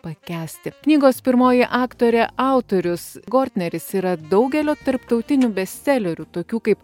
pakęsti knygos pirmoji aktorė autorius gortneris yra daugelio tarptautinių bestselerių tokių kaip